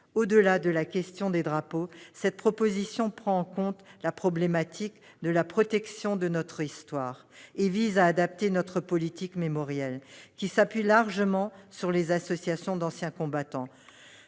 Au-delà de la question du devenir des drapeaux, cette proposition de loi prend en compte la problématique de la protection de notre histoire et vise à adapter notre politique mémorielle, qui s'appuie largement sur les associations d'anciens combattants,